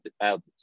out